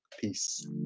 peace